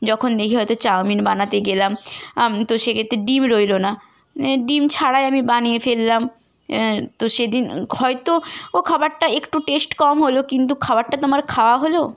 যখন দেখি হয়তো চাউমিন বানাতে গেলাম তো সেক্ষেত্রে ডিম রইলো না ডিম ছাড়াই আমি বানিয়ে ফেলাম তো সেদিন হয়তো ও খাবারটা একটু টেস্ট কম হলো কিন্তু খাবারটা তো আমার খাওয়া হলো